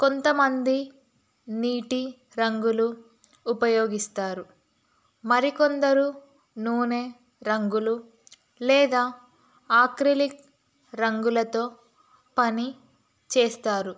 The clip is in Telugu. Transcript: కొంతమంది నీటి రంగులు ఉపయోగిస్తారు మరికొందరు నూనె రంగులు లేదా ఆక్రిలిక్ రంగులతో పని చేస్తారు